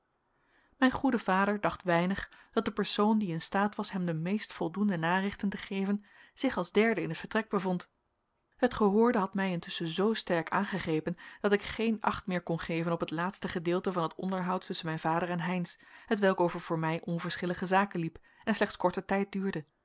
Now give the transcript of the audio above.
mijn goede vader dacht weinig dat de persoon die in staat was hem de meest voldoende narichten te geven zich als derde in het vertrek bevond het gehoorde had mij intusschen zoo sterk aangegrepen dat ik geen acht meer kon geven op het laatste gedeelte van het onderhoud tusschen mijn vader en heynsz hetwelk over voor mij onverschillige zaken liep en slechts korten tijd duurde